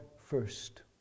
first